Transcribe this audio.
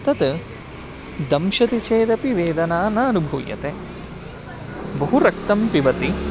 तत् दंशति चेदपि वेदना न अनुभूयते बहु रक्तं पिबति